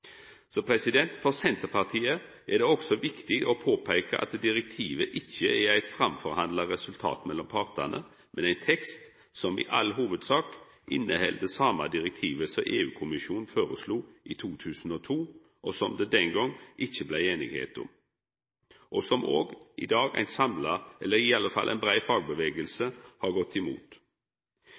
For Senterpartiet er det også viktig å påpeika at direktivet ikkje er eit framforhandla resultat mellom partane, men ein tekst som i all hovudsak inneheld det same direktivet som EU-kommisjonen føreslo i 2002, og som det den gongen ikkje blei einigheit om, og som òg i dag ei samla, eller i alle fall ei brei, fagrørsle har gått imot.